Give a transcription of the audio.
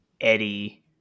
Eddie